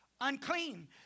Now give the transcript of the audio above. Unclean